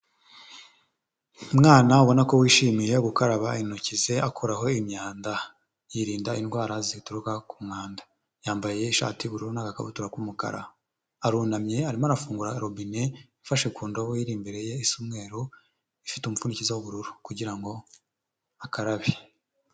Umwana ubona ko wishimiye gukaraba intoki ze akuraho imyanda, yirinda indwara zituruka ku mwanda, yambaye ishati y'ubururu n'akabutura k'umukara, arunamye arimo arafungura robine, afashe ku ndobo iri imbere ye isa umweru ifite umupfundikizi w'ubururu, kugira ngo akarabe.